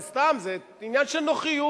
זה סתם, זה עניין של נוחיות,